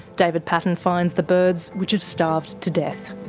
david paton finds the birds which have starved to death.